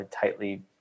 tightly